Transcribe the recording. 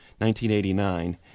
1989